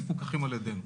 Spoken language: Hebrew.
הם מפוקחים על ידינו.